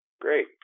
Great